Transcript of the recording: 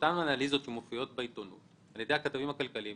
אותן אנליזות שמופיעות בעיתונות על ידי הכתבים הכלכליים,